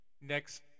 next